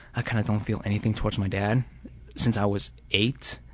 i kind of don't feel anything towards my dad since i was eight.